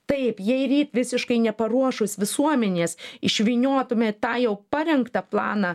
taip jei ryt visiškai neparuošus visuomenės išvyniotumėt tą jau parengtą planą